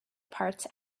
parts